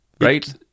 right